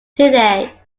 today